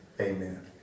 Amen